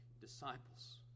disciples